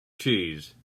cheese